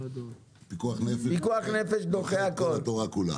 פיקוח נפש דוחה את כל התורה כולה.